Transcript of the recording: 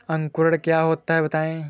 अंकुरण क्या होता है बताएँ?